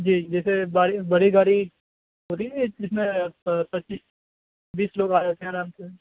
جی جیسے بڑی بڑی گاڑی ہوتی ہے جس میں پچیس بیس لوگ آ جاتے ہیں آرام سے